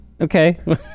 Okay